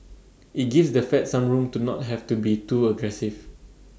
IT gives the fed some room to not have to be too aggressive